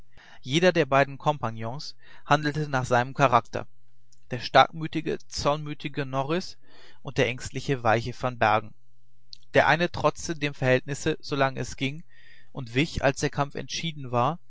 jeder der beiden kompagnons handelte nach seinem charakter der starkmütige zornmütige norris und der ängstliche weiche van bergen der eine trotzte dem verhängnis solang es ging und wich als der kampf entschieden war